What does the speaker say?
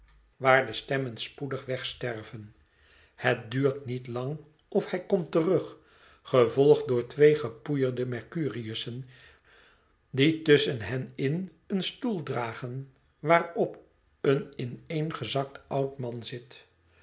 waar de stemmen spoedig wegsterven het duurt niet lang of hij komt terug gevolgd door twee gepoeierde mercurius'en die tusschen hen in een stoel dragen waarop een ineengezakt oud man zit